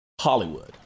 Hollywood